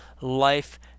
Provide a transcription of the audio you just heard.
life